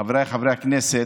חבריי חברי הכנסת,